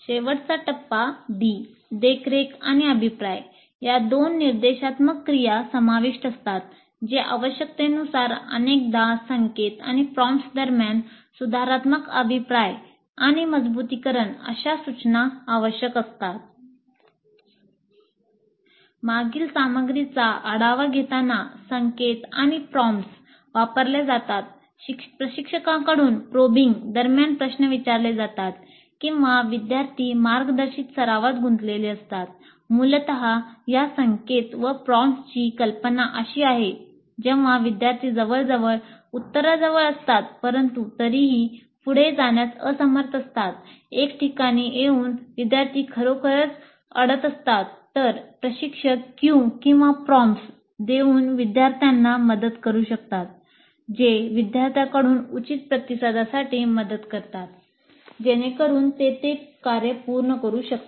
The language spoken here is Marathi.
शेवटी टप्पा D देखरेख आणि अभिप्राय या दोन निर्देशात्मक क्रिया समाविष्ट असतात जे आवश्यकतेनुसार अनेकदा संकेत आणि प्रॉम्प्ट्स दरम्यान सुधारात्मक अभिप्राय आणि मजबुतीकरण अशा सूचना आवश्यक असतात मागील सामग्रीचा आढावा घेताना संकेत आणि प्रॉम्प्ट्स देऊन विद्यार्थ्यांना मदत करू शकतात जे विद्यार्थ्यांकडून उचित प्रतिसादांसाठी मदत करतील जेणेकरून ते ते कार्य पूर्ण करू शकतील